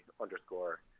underscore